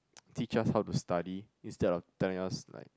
teach us how to study instead of telling us like